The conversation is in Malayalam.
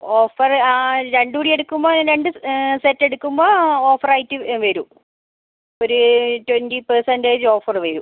ഓഫർ ആ രണ്ടും കൂടി എടുക്കുമ്പോൾ രണ്ട് സെറ്റ് എടുക്കുമ്പോൾ ഓഫർ ആയിട്ട് വരും ഒര് ട്വൻ്റി പേർസെൻ്റേജ് ഓഫർ വരും